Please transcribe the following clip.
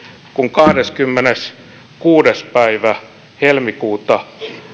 kahdeskymmeneskuudes päivä helmikuuta